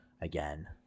again